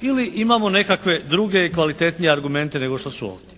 ili imamo i nekakve druge i kvalitetnije argumente nego što su ovdje.